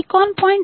PCON